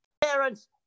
parents